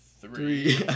three